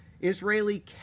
Israeli